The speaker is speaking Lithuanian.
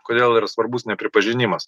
kodėl yra svarbus nepripažinimas